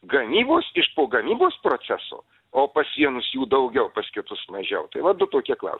gamybos iš po gamybos proceso o pas vienus jų daugiau pas kitus mažiau tai va du tokie klaus